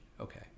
okay